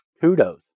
Kudos